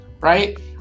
right